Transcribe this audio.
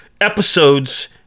episodes